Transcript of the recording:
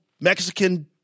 Mexican